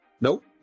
Nope